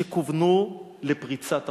שכוונו לפריצת החומה.